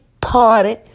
party